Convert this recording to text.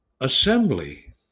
assembly